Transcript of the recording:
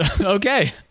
Okay